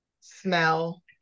smell